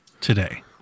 today